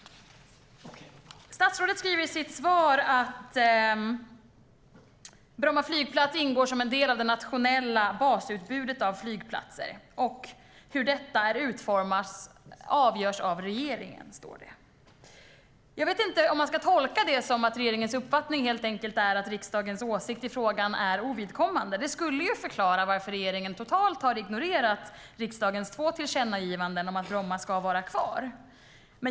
Statsrådet säger i sitt svar att Bromma flygplats ingår som en del av det nationella basutbudet av flygplatser. Hur detta utformas avgörs av regeringen, säger hon. Jag vet inte om man ska tolka det som att regeringens uppfattning helt enkelt är att riksdagens åsikt i frågan är ovidkommande. Det skulle ju förklara varför regeringen totalt ignorerat riksdagens två tillkännagivanden om att Bromma ska vara kvar.